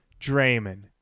Draymond